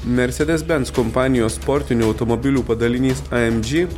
mersedes benz kompanijos sportinių automobilių padalinys a em dži